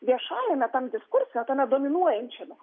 viešajame tam diskurse tame dominuojančiame